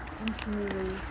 continually